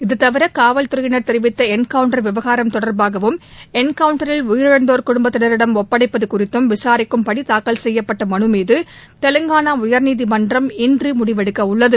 இதுதவிர காவல்துறையினர் தெரிவித்த என்கவுண்டர் விவகாரம் தொடர்பாகவும் என்கவுண்டரில் உயிரிழந்தோர் குடும்பத்தினரிடம் ஒப்படைப்பது குறித்தும் விசாரிக்கும்படி தாக்கல் செய்யப்பட்ட மனுமீது தெலங்கானா உயர்நீதிமன்றம் இன்று முடிவெடுக்கவுள்ளது